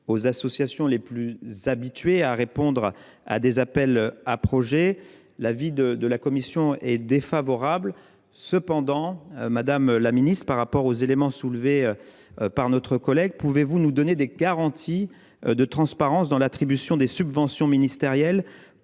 aux associations les plus habituées à répondre à des appels à projets. L’avis de la commission est donc défavorable. Toutefois, madame la ministre, au vu des éléments d’interrogation soulevés par notre collègue, pouvez vous nous donner des garanties de transparence quant à l’attribution des subventions ministérielles,